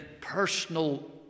personal